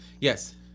Yes